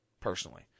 personally